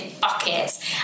buckets